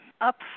up